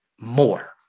more